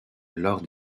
lors